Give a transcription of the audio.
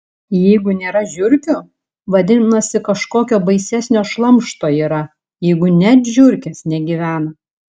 jeigu nėra žiurkių vadinasi kažkokio baisesnio šlamšto yra jeigu net žiurkės negyvena